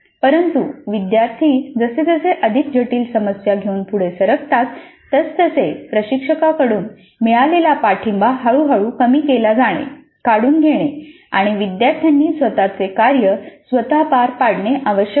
परंतु विद्यार्थी जसजसे अधिक जटिल समस्या घेऊन पुढे सरकतात तसतसे प्रशिक्षकाकडून मिळालेला पाठिंबा हळूहळू कमी केला जाणे काढून घेणे आणि विद्यार्थ्यांनी स्वतः चे कार्य स्वतः पार पाडणे आवश्यक आहे